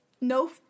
no